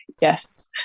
yes